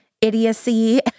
idiocy